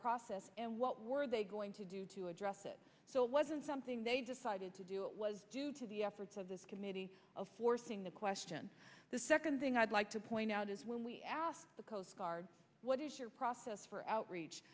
process and what were they going to address it wasn't something they decided to do it was to the efforts of this committee of forcing the question the second thing i'd like to point out is when we asked the coast guard what is your process for outreach